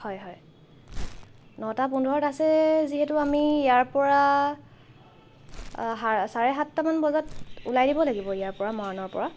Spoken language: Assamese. হয় হয় নটা পোন্ধৰত আছে যিহেতু আমি ইয়াৰ পৰা সা চাৰে সাতটামান বজাত ওলাই দিব লাগিব ইয়াৰ পৰা মৰাণৰ পৰা